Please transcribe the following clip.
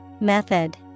Method